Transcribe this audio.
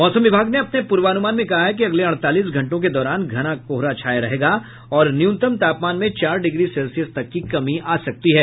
मौसम विभाग ने अपने पूर्वानुमान मे कहा है कि अगले अड़तालीस घंटों के दौरान घना कोहरा छाया रहेगा और न्यूनतम तापमान में चार डिग्री सेल्सियस तक की कमी आ सकती है